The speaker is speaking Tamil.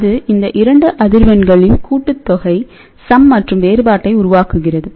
அது இந்த 2 அதிர்வெண்களின்கூட்டுத்தொகை மற்றும்வேறுபாட்டை உருவாக்குகிறது